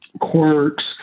quirks